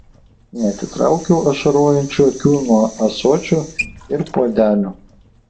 neatitraukiau ašarojančių akių nuo ąsočio ir puodelio